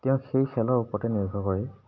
তেওঁ সেই খেলৰ ওপৰতে নিৰ্ভৰ কৰি